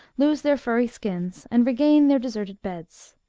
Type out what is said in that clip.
lose their furry skins, and regain their deserted beds.